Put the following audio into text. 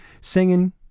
Singing